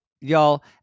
y'all